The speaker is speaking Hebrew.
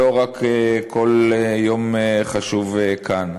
לא רק כל יום חשוב כאן.